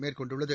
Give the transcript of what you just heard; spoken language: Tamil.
மேற்கொண்டுள்ளது